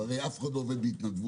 אף אחד לא עובד בהתנדבות.